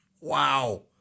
Wow